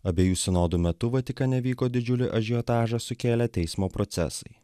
abiejų sinodų metu vatikane vyko didžiulį ažiotažą sukėlę teismo procesai